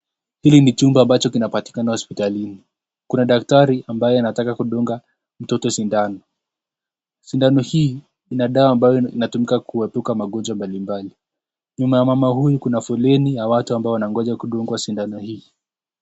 Hili ni chumba ambacho kinapatikana hosiptalini, kuna daktari ambaye anataka kudunga mtoto sindano, sindano hii ina dawa ambayo inatumika kuepuka magonjwa mbalimbali. Nyuma ya mama huyu kuna foleni ya watu ambao wanangoja kudungwa sindano hii.